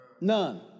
None